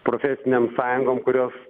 profesinėm sąjungom kurios